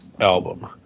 album